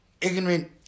ignorant